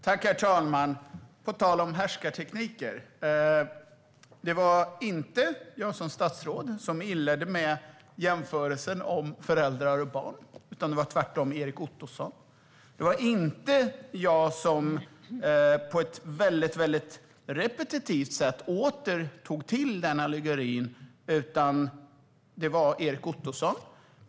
Herr talman! På tal om härskartekniker var det inte jag som statsråd som inledde med jämförelsen med föräldrar och barn, utan det var Erik Ottoson. Det var inte jag som på ett väldigt repetitivt sätt tog till den allegorin, utan det var Erik Ottoson.